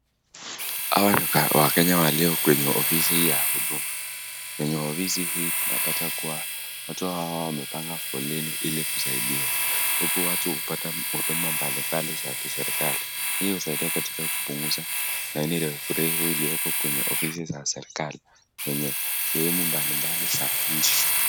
Hawa ni wakenya walio kwenye ofisi ya huduma. Kwenye ofidi hii tunapata kuwa watu hawa wamepanga foleni ili kusaidiwa. Huku watu hupata huduma mbali mbali za kiserekali. Hii husaidia kupunguza laini refurefu zilizo kwenye sehemu mbali mbali za nchi.